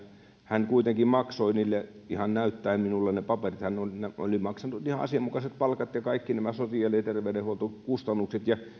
hän kuitenkin maksoi niille ihan näyttäen minulle ne paperit oli maksanut ihan asianmukaiset palkat ja kaikki nämä sosiaali ja terveydenhuoltokustannukset ja